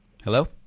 Hello